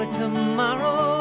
tomorrow